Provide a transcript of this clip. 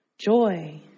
joy